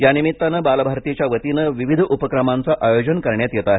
यानिमित्ताने बालभारतीच्या वतीने विविध उपक्रमानंच आयोजन करण्यात येत आहे